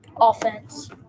offense